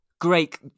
great